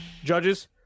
Judges